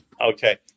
Okay